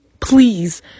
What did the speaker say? please